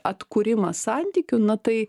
atkūrimas santykių na tai